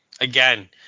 Again